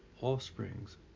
offsprings